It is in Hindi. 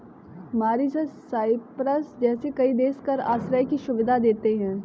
मॉरीशस, साइप्रस जैसे कई देश कर आश्रय की सुविधा देते हैं